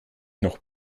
noch